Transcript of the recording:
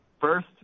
First